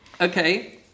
Okay